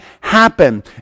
happen